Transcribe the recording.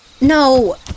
no